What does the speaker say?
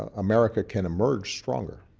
ah america can emerge stronger.